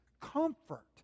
comfort